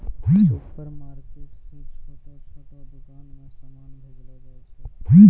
supermarket से छोटो छोटो दुकान मे समान भेजलो जाय छै